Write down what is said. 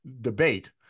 debate